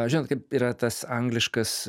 žinot kaip yra tas angliškas